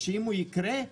שאם הוא יקרה,